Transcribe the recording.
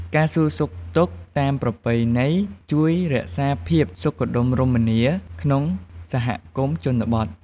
ការសួរសុខទុក្ខតាមប្រពៃណី ជួយរក្សាភាពសុខដុមរមនា ក្នុងសហគមន៍ជនបទ។